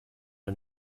are